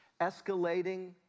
escalating